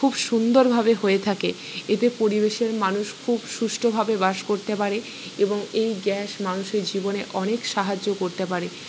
খুব সুন্দরভাবে হয়ে থাকে এতে পরিবেশের মানুষ খুব সুষ্ঠুভাবে বাস করতে পারে এবং এই গ্যাস মানুষের জীবনে অনেক সাহায্য করতে পারে